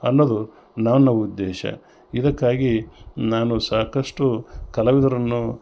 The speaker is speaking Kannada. ಅನ್ನೋದು ನನ್ನ ಉದ್ದೇಶ ಇದಕ್ಕಾಗಿ ನಾನು ಸಾಕಷ್ಟು ಕಲಾವಿದರನ್ನು